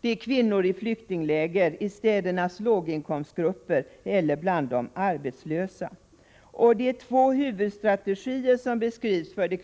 Det är kvinnor i flyktingläger, i städernas låginkomstgrupper eller bland de arbetslösa. Två huvudstrategier beskrivs för biståndet